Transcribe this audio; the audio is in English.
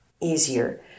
easier